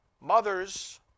Mothers